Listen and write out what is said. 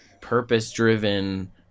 purpose-driven